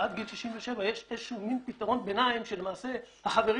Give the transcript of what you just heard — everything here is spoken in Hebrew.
ועד גיל 67 יש איזשהו פתרון ביניים שלמעשה החברים